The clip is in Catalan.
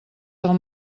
del